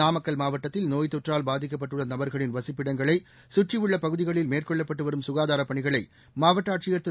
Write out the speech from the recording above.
நாமக்கல் மாவட்டத்தில் நோய்த் தொற்றால் பாதிக்கப்பட்டுள்ள நபர்களின் வசிப்பிடங்களை சுற்றியுள்ள பகுதிகளில் மேற்கொள்ளப்பட்டு வரும் சுகாதாரப் பணிகளை மாவட்ட ஆட்சியர் திரு